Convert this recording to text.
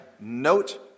note